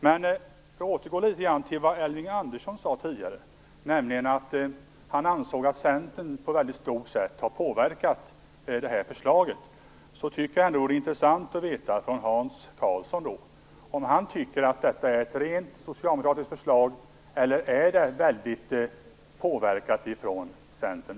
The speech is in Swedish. Men för att återgå litet grand till det Elving Andersson sade tidigare, nämligen att han ansåg att Centern har påverkat det här förslaget på ett betydande sätt, tycker jag att det vore intressant att få veta från Hans Karlsson om han tycker att detta är ett rent socialdemokratiskt förslag eller om det är väldigt påverkat av Centern.